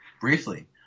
briefly